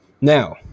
Now